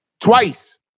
Twice